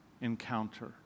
encounter